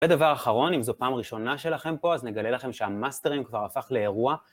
ודבר אחרון, אם זו פעם ראשונה שלכם פה, אז נגלה לכם שהמאסטרים כבר הפך לאירוע.